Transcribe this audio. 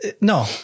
no